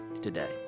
today